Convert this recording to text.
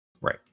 Right